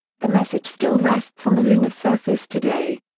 the message still rests on the lunar surface today.